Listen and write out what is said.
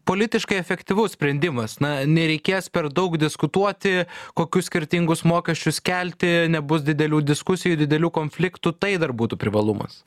politiškai efektyvus sprendimas na nereikės per daug diskutuoti kokius skirtingus mokesčius kelti nebus didelių diskusijų didelių konfliktų tai dar būtų privalumas